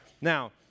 Now